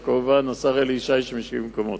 או השר אלי ישי שמשיב במקומו.